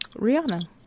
Rihanna